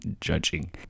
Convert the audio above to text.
judging